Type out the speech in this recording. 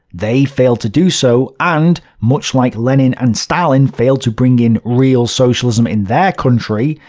they failed to do so, and, much like lenin and stalin failed to bring in real socialism in their country,